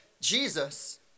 Jesus